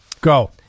Go